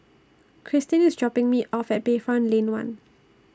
Krystin IS dropping Me off At Bayfront Lane one